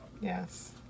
Yes